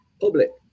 public